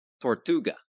Tortuga